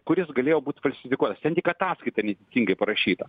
kuris galėjo būt falsifikuotas ten tik ataskaita neteisingai parašyta